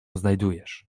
znajdujesz